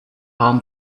baum